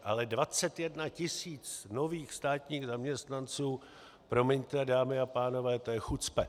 Ale 21 tisíc nových státních zaměstnanců promiňte, dámy a pánové, to je chucpe.